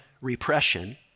repression